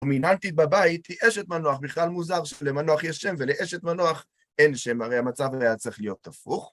דומיננטית בבית היא אשת מנוח, בכלל מוזר שלמנוח יש שם ולאשת מנוח אין שם, הרי המצב היה צריך להיות הפוך.